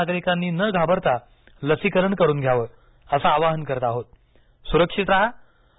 नागरिकांनी न घाबरता लसीकरण करून घ्यावं असं आवाहन करत आहोतसुरक्षित राहा आणि